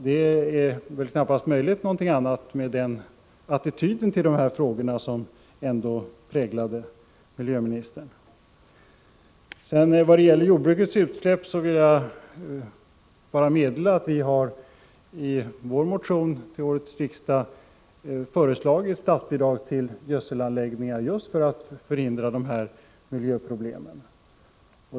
Något annat är knappast möjligt med tanke på den attityd till dessa frågor som ändå präglade miljöministerns anförande. Vad sedan gäller jordbrukets utsläpp vill jag bara meddela att vi i vår motion till årets riksdag har föreslagit statsbidrag till gödselanläggningar just för att förhindra de här miljöproblemen.